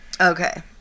Okay